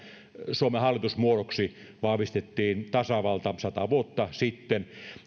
suomen hallitusmuodoksi vahvistettiin tasavalta sata vuotta sitten